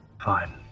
Fine